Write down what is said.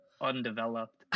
Undeveloped